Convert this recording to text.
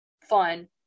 fun